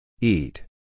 Eat